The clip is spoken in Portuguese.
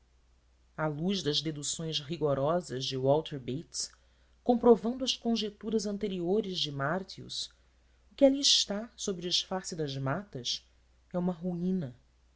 à luz das deduções rigorosas de walter bates comprovando as conjecturas anteriores de martius o que ali está sob o disfarce das matas é uma ruína